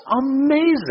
amazing